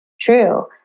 true